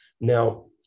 Now